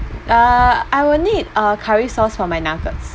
uh I will need a curry sauce for my nuggets